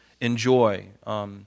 enjoy